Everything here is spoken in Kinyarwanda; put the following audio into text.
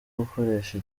gukoresha